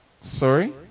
Sorry